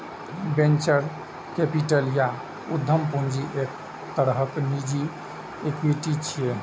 venture capital या उद्यम पूंजी एक तरहक निजी इक्विटी छियै